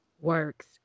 works